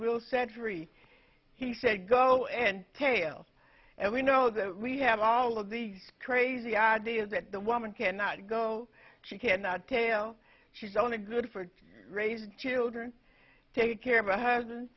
will century he said go and tails and we know that we have all of the crazy ideas that the woman cannot go she cannot tell she's only good for raising children take care of her husband